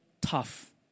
tough